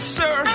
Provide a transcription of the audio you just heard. sir